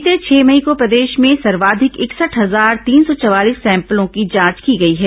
कल सात मई को प्रदेश में सर्वाधिक इकसठ हजार नौ सौ उनचालीस सैम्पलों की जांच की गई है